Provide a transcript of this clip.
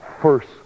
first